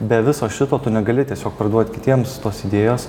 be viso šito tu negali tiesiog parduot kitiems tos idėjos